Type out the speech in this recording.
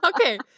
okay